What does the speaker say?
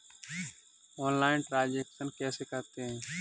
Online transaction कैसे करते हैं?